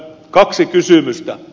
kaksi kysymystä